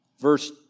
verse